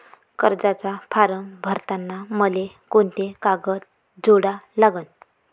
कर्जाचा फारम भरताना मले कोंते कागद जोडा लागन?